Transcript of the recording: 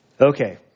okay